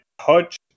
touch